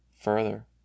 further